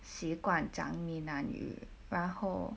习惯讲闽南语然后